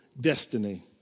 destiny